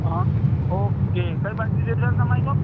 હં ઓકે કઈ બાજું છે સર તમારી સોપ